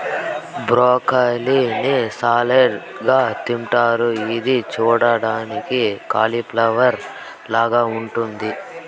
broccoli ని salad గా తింటారు ఇది చూడ్డానికి కాలిఫ్లవర్ లాగ ఉంటాది